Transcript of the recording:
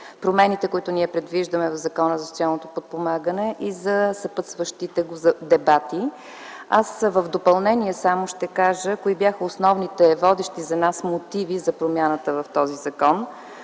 промените, които ние предвиждаме в Закона за социалното подпомагане, и за съпътстващите го дебати. В допълнение само ще кажа кои бяха основните, водещи за нас мотиви за промяната в този закон